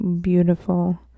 beautiful